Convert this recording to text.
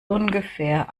ungefähr